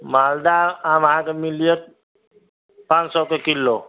मालदह आम अहाँके मिलत पाँच सए रुपआ किलो